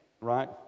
Right